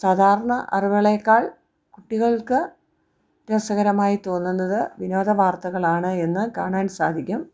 സാധാരണ അറിവുകളേക്കാൾ കുട്ടികൾക്ക് രസകരമായി തോന്നുന്നത് വിനോദ വാർത്തകളാണ് എന്നു കാണാൻ സാധിക്കും